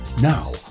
now